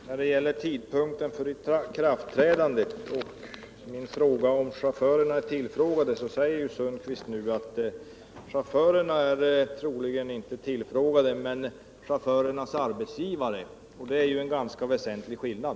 Herr talman! På min fråga om chaufförerna är tillfrågade beträffande tidpunkten för ikraftträdandet säger Tage Sundkvist att chaufförerna troligen inte är tillfrågade men att chaufförernas arbetsgivare är det. Det är en ganska väsentlig skillnad.